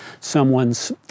someone's